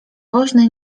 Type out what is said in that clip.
woźny